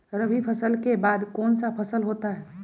रवि फसल के बाद कौन सा फसल होता है?